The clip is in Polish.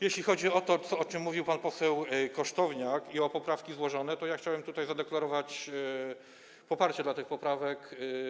Jeśli chodzi o to, o czym mówił pan poseł Kosztowniak, o złożone poprawki, to ja chciałem tutaj zadeklarować poparcie dla tych poprawek.